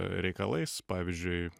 reikalais pavyzdžiui